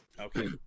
okay